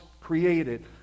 created